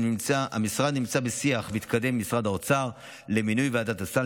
המשרד נמצא בשיח מתקדם עם משרד האוצר למינוי ועדת הסל,